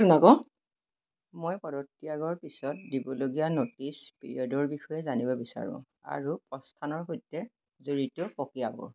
মই পদত্যাগৰ পিছত দিবলগীয়া নটিচ পিৰিয়ডৰ বিষয়ে জানিব বিচাৰোঁ আৰু প্ৰস্থানৰ সৈতে জড়িত প্ৰক্ৰিয়াবোৰ